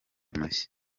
mushya